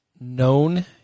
known